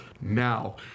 now